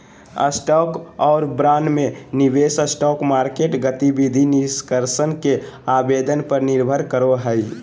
stock और bond में निवेश स्टॉक मार्केट गतिविधि निष्कर्ष के आवेदन पर निर्भर करो हइ